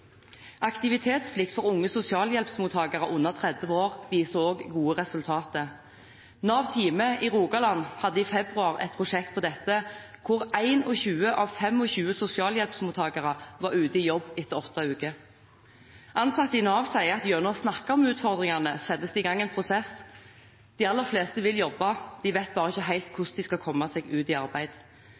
Aktivitetsplikt for unge sosialhjelpsmottakere under 30 år viser også gode resultater. Nav Time i Rogaland hadde i februar et prosjekt på dette, hvor 21 av 25 sosialhjelpsmottakere var ute i jobb etter åtte uker. Ansatte i Nav sier at gjennom å snakke om utfordringene settes det i gang en prosess. De aller fleste vil jobbe, de vet bare ikke helt hvordan de skal komme seg ut i arbeid.